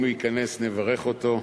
אם הוא ייכנס נברך אותו,